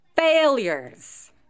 Failures